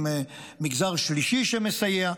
עם מגזר שלישי שמסייע.